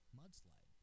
mudslide